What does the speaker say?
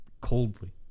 coldly